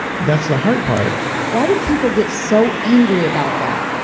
that's the hard part why do people get so angry about that?